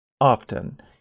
Often